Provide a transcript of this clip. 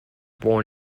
born